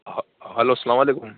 hello السّلام علیکم